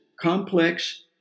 complex